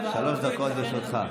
שלוש דקות לרשותך.